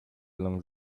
along